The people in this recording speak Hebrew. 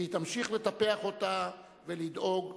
והיא תמשיך לטפח אותה ולדאוג לחוסנה.